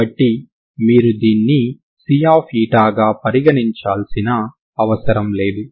కాబట్టి మీరు దీన్ని C గా పరిగణించాల్సిన అవసరం లేదు